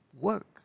work